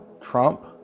Trump